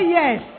yes